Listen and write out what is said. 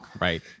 right